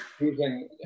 using